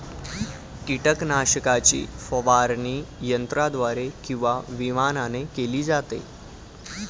कीटकनाशकाची फवारणी यंत्राद्वारे किंवा विमानाने केली जाते